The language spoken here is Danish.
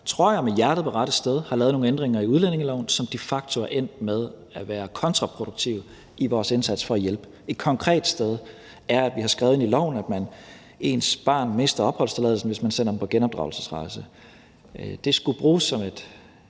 jeg – med hjertet på rette sted har lavet nogle ændringer i udlændingeloven, som de facto er endt med at være kontraproduktive i vores indsats for at hjælpe. Et konkret sted er, at vi har skrevet ind i loven, at ens barn mister opholdstilladelsen, hvis man sender det på genopdragelsesrejse. Det skulle bruges som et